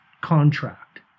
contract